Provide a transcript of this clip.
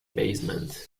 basement